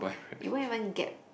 you won't even get